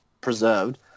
preserved